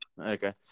Okay